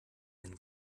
den